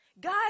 God